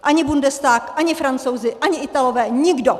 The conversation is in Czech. Ani Bundestag, ani Francouzi, ani Italové, nikdo.